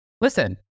Listen